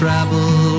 Travel